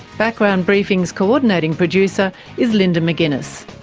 background briefing's co-ordinating producer is linda mcginness,